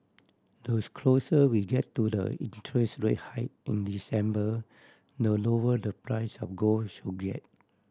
those closer we get to the interest rate hike in December the lower the price of gold should get